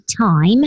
time